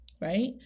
right